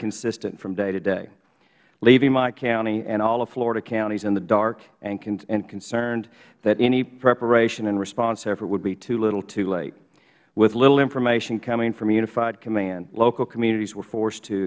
consistent from daytoday leaving my county and all of florida counties in the dark and concerned that any preparation and response effort would be too little too late with little information coming from unified command local communities were forced to